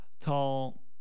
tall